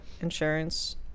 insurance